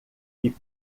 que